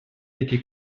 été